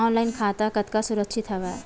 Online खाता कतका सुरक्षित हवय?